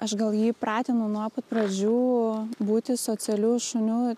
aš gal jį įpratinau nuo pat pradžių būti socialiu šuniu